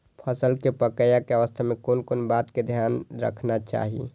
फसल के पाकैय के अवस्था में कोन कोन बात के ध्यान रखना चाही?